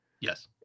Yes